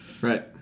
right